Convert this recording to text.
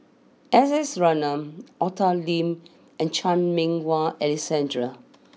S S Ratnam Arthur Lim and Chan Meng Wah Alexander